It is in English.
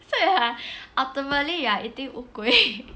so are ultimately you are eating 乌龟